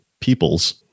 peoples